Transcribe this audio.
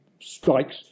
strikes